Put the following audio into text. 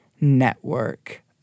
network